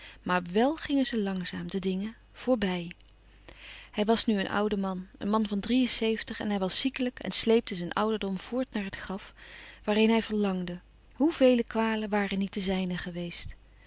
maar wèl gingen ze langzaam de dingen voorbij hij was nu een oude man een man van drie en zeventig en hij was ziekelijk en sleepte zijn ouderdom voort naar het graf waarheen hij verlangde hoe vele kwalen waren niet de zijne geweest